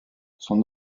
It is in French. son